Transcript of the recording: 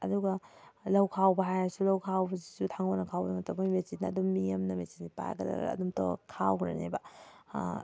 ꯑꯗꯨꯒ ꯂꯧ ꯈꯥꯎꯕ ꯍꯥꯏꯔꯁꯨ ꯂꯧ ꯈꯥꯎꯕꯁꯤꯁꯨ ꯊꯥꯡꯒꯣꯜꯅ ꯈꯥꯎꯕ ꯅꯠꯇꯕ ꯑꯩꯈꯣꯏ ꯃꯦꯆꯤꯟꯅ ꯑꯗꯨꯝ ꯃꯤ ꯑꯃꯅ ꯃꯦꯆꯤꯟꯁꯦ ꯄꯥꯏꯔꯒ ꯒꯗꯒꯔꯔ ꯑꯗꯨꯝ ꯇꯧꯔꯒ ꯈꯥꯎꯈꯔꯅꯦꯕ